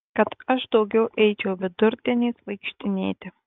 kad aš daugiau eičiau vidurdieniais vaikštinėti